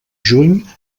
juny